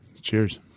Cheers